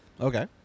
Okay